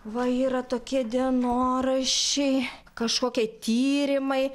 va yra tokie dienoraščiai kažkokie tyrimai